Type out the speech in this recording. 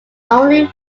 only